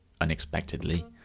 unexpectedly